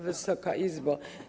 Wysoka Izbo!